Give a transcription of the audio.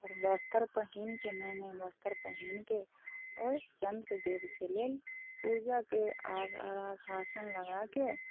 आओर वस्त्र पहिनके नये नये वस्त्र पहिनके आओर चन्द्रदेवके लेल पूजाके अर्घासन लगायके